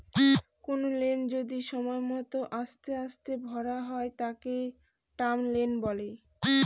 কোনো লোন যদি সময় মত আস্তে আস্তে ভরা হয় তাকে টার্ম লোন বলে